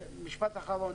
משפט אחרון.